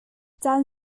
caan